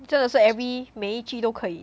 真的是 every 每一句都可以